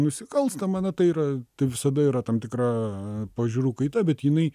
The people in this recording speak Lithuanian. nusikalstama na tai yra tai visada yra tam tikra pažiūrų kaita bet jinai